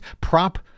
Prop